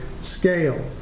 scale